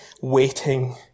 waiting